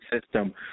system